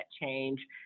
change